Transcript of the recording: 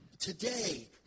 Today